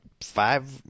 five